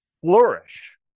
flourish